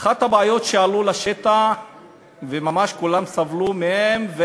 אחת הבעיות שעלו לשטח וממש כולם סבלו מהן,